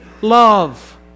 love